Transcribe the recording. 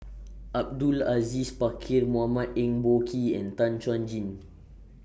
Abdul Aziz Pakkeer Mohamed Eng Boh Kee and Tan Chuan Jin